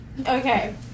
Okay